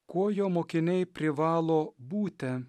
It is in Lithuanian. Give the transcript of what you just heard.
kuo jo mokiniai privalo būti